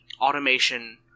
Automation